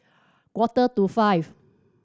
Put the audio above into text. quarter to five